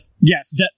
Yes